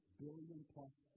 billion-plus